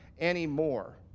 anymore